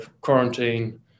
quarantine